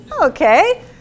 Okay